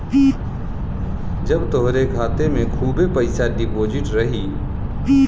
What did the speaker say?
जब तोहरे खाते मे खूबे पइसा डिपोज़िट रही